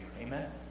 Amen